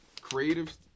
creative